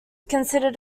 considered